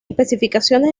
especificaciones